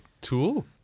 tool